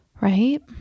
right